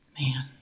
man